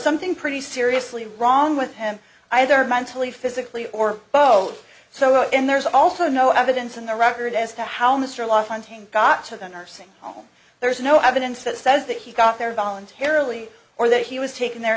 something pretty seriously wrong with him either mentally physically or both so and there's also no evidence in the record as to how mr la fontaine got to the nursing home there's no evidence that says that he got there voluntarily or that he was taken the